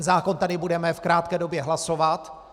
Zákon tady budeme v krátké době hlasovat.